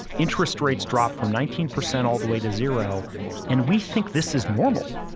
interest rates dropped from nineteen percent all the way to zero and we think this is normal.